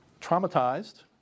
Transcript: traumatized